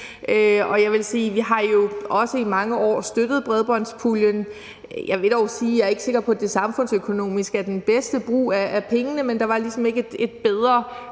Jeg vil sige, at vi jo også i mange år har støttet bredbåndspuljen. Jeg vil dog sige, at jeg ikke er sikker på, at det samfundsøkonomisk er den bedste brug af pengene, men der var ligesom ikke et bedre